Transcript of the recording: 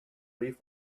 live